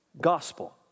gospel